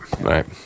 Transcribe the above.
right